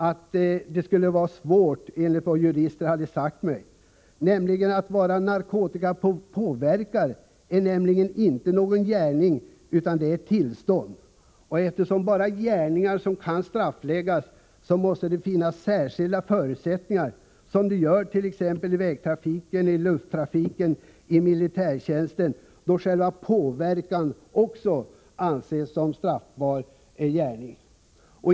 Att vara narkotikapåverkad är nämligen inte någon gärning, utan ett tillstånd. Eftersom det bara är gärningar som kan straffbeläggas, måste det finnas särskilda förutsättningar som t.ex. gäller i vägtrafik, sjöfart, luftfart och militärtjänst, då själva påverkan anses utgöra en straffbar gärning.